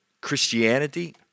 Christianity